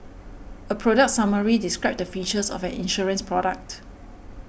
a product summary describes the features of an insurance product